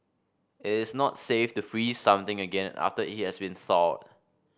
it is not safe to freeze something again after it has been thawed